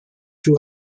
too